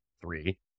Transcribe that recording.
three